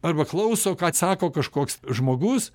arba klauso ką atsako kažkoks žmogus